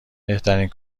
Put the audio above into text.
بهترین